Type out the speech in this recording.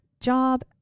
job